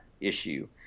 issue